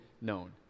known